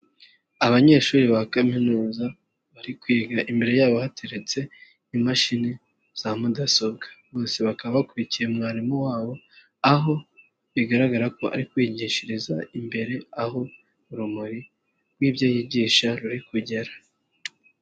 Abanyeshuri ba kaminuza, bari kwiga imbere yabo hateretse imashini za mudasobwa. Bose bakaba bakurikiye mwarimu wabo, aho bigaragara ko ari kwigishiriza imbere, aho urumuri rw'ibyo yigisha ruri kugera.